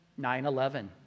9-11